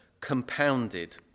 compounded